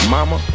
Mama